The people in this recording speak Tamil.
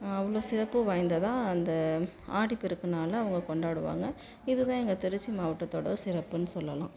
அவ்வளோ சிறப்பு வாய்ந்ததாக அந்த ஆடிப்பெருக்கு நாளை அவங்க கொண்டாடுவாங்க இதுதான் எங்கள் திருச்சி மாவட்டத்தோட சிறப்புன்னு சொல்லலாம்